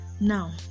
now